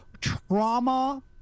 trauma